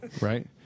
right